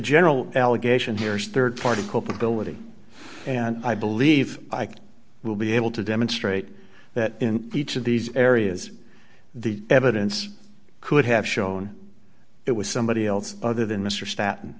general allegation here is rd party culpability and i believe i will be able to demonstrate that in each of these areas the evidence could have shown it was somebody else other than mr stat